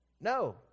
No